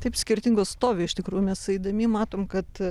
taip skirtingo stovio iš tikrų mes eidami matom kad